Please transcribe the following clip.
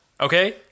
okay